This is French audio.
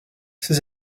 ces